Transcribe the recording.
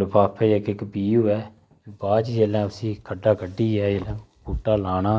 लफाफे च इक्क इक्क बीऽ होऐ बाद च उसी इक्क अद्धा कड्ढियै जेल्लै बूह्टा लाना